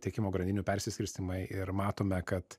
tiekimo grandinių persiskirstymai ir matome kad